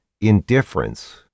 indifference